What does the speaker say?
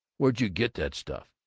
where d' you get that stuff?